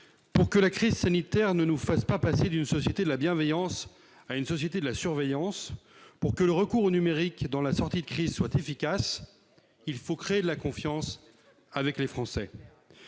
pour que la crise sanitaire ne nous fasse pas passer d'une société de la bienveillance à une société de la surveillance, pour que le recours au numérique dans la sortie de crise soit efficace, il faut créer de la confiance avec les Français.